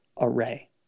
array